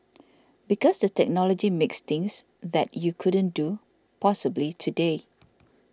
because the technology makes things that you couldn't do possibly today